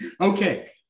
Okay